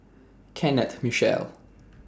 Kenneth Mitchell